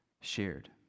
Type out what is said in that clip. shared